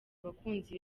abakunzi